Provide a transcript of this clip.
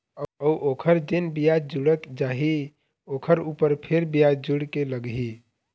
अऊ ओखर जेन बियाज जुड़त जाही ओखर ऊपर फेर बियाज जुड़ के लगही